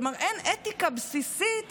כלומר, אין אתיקה בסיסית